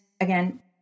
again